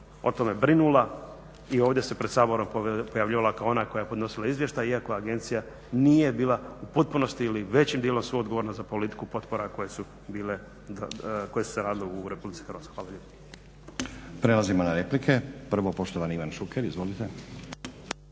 o tome brinula i ovdje se pred Saborom pojavljivala kao ona koja je podnosila izvještaj iako agencija nije bila u potpunosti ili većim dijelom suodgovorna za politiku potpora koje su bile, koje su se radile u Republici Hrvatskoj. Hvala lijepo.